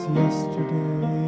yesterday